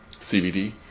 CBD